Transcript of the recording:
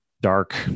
dark